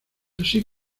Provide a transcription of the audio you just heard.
así